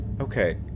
Okay